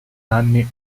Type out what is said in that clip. anni